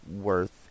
worth